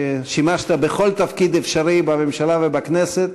ששימשת בכל תפקיד אפשרי בממשלה ובכנסת,